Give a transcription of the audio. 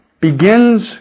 begins